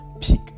pick